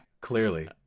clearly